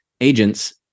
agents